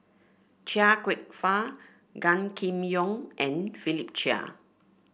Chia Kwek Fah Gan Kim Yong and Philip Chia